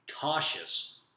cautious